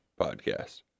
podcast